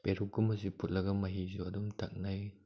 ꯄꯦꯔꯨꯛ ꯀꯨꯝꯕꯁꯤ ꯐꯨꯠꯂꯒ ꯃꯍꯤꯁꯨ ꯑꯗꯨꯝ ꯊꯛꯅꯩ